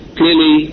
clearly